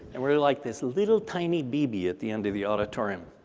and we're like this little tiny bb at the end of the auditorium.